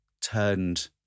turned